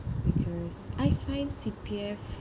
because I find C_P_F